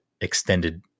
extended